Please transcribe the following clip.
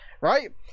right